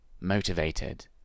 motivated